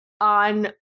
on